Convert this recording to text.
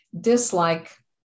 dislike